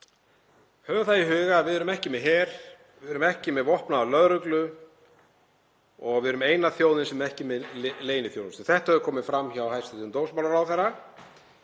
Höfum það í huga að við erum ekki með her, við erum ekki með vopnaða lögreglu og við erum eina þjóðin sem er ekki með leyniþjónustu. Þetta hefur komið fram hjá hæstv. dómsmálaráðherra.